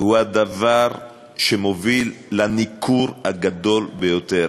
הוא הדבר שמוביל לניכור הגדול ביותר.